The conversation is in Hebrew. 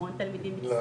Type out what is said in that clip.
המון תלמידים מצטיינים,